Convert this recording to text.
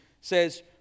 says